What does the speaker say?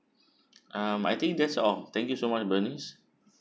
um I think that's all thank you so much bernice